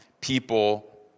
people